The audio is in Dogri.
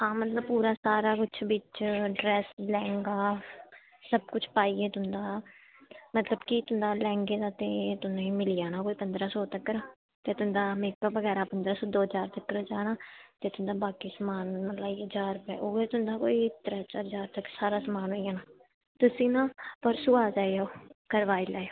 ते आं सारा बिच ड्रैस लैहंगा सब किश पाइयै तुंदा ते लैहंगा तुसेंगी मिली जाना कोई पंदरां सौ तगर ते तुंद मेकअप दौ ज्हार पंदरां सौ तगर होई जाना ते तुंदा बाकी समान लाइयै ज्हार रपेआ ते तुंदा उऐ कोई त्रै चार ज्हार तगर समान होई जाना तुस ना परसों आई जायो करवाई लैयो